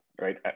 right